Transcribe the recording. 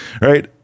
right